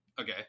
Okay